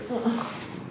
mm mm